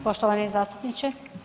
Poštovani zastupniče.